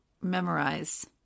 memorize